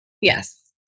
Yes